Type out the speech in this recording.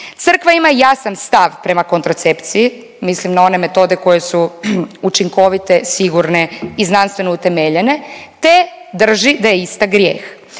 Crkva ima jasan stav prema kontracepciji, mislim na one metode koje su učinkovite, sigurne i znanstveno utemeljene, te drži da je ista grijeh.